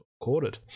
recorded